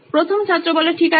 প্রথম ছাত্র ঠিক আছে